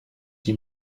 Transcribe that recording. die